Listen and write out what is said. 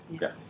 Yes